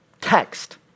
text